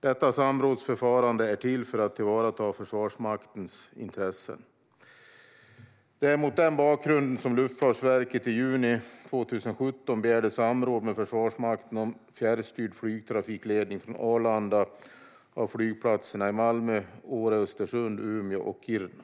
Detta samrådsförfarande är till för att tillvarata Försvarsmaktens intressen. Det är mot den bakgrunden som Luftfartsverket i juni 2017 begärde samråd med Försvarsmakten om fjärrstyrd flygtrafikledning från Arlanda av flygplatserna i Malmö, Åre Östersund, Umeå och Kiruna.